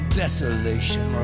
desolation